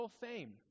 fame